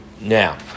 Now